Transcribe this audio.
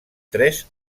tres